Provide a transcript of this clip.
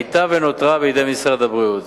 היתה ונותרה בידי משרד הבריאות.